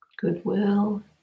Goodwill